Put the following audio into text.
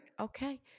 Okay